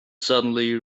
suddenly